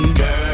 girl